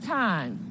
time